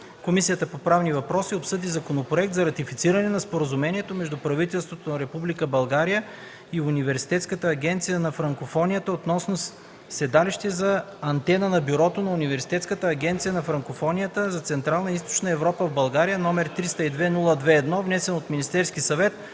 Комисията по правни въпроси обсъди Законопроект за ратифициране на Споразумението между правителството на Република България и Университетската агенция на Франкофонията относно седалище за Антена на Бюрото на Университетската агенция на Франкофонията за Централна и Източна Европа в България, № 302-02-1, внесена от Министерския съвет